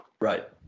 Right